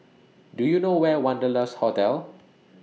Do YOU know Where Wanderlust Hotel